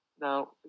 Now